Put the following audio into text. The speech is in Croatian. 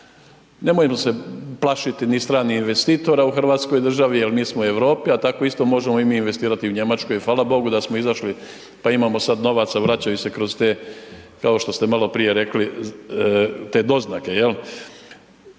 Nemojmo se plašiti ni stranih investitora u hrvatskoj državi jer mi smo u Europi a tako isto možemo i mi investirati u Njemačkoj i fala bogu da smo izašli pa imamo sad novaca, vraćaju se kroz te kao što ste maloprije rekli te doznake,